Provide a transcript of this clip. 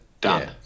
Done